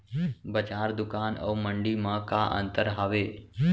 बजार, दुकान अऊ मंडी मा का अंतर हावे?